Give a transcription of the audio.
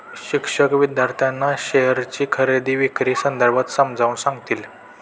शिक्षक विद्यार्थ्यांना शेअरची खरेदी विक्री संदर्भात समजावून सांगतील